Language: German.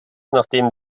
nachdem